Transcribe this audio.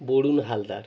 Varun Haldar